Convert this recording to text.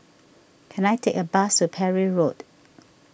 can I take a bus to Parry Road